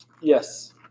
Yes